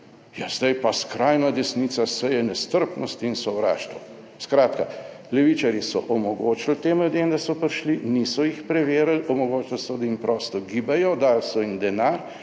zdaj pa skrajna desnica se je nestrpnost in sovraštvo. Skratka, levičarji so omogočili tem ljudem, da so prišli, niso jih preverili, omogočili so, da jim prosto gibajo, dali so jim denar,